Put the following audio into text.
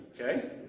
Okay